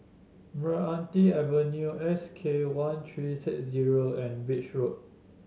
Meranti Avenue S K one three six zero and Beach Road